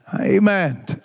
Amen